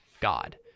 god